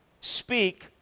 speak